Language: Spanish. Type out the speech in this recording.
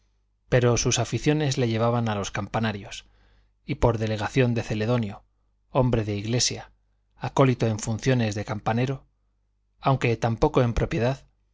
pero sus aficiones le llevaban a los campanarios y por delegación de celedonio hombre de iglesia acólito en funciones de campanero aunque tampoco en propiedad